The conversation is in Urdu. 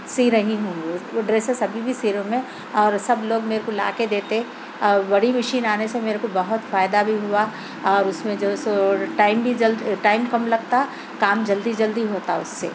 سی رہی ہوں وہ ڈریسز ابھی بھی سی رہی ہوں میں اور سب لوگ میرے کو لا کے دیتے اور بڑی مشین آنے سے میرے کو بہت فائدہ بھی ہُوا اور اُس میں جو ہے سو ٹائم بھی جلد ٹائم کم لگتا کام جلدی جلدی ہوتا اُس سے